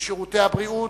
בשירותי הבריאות,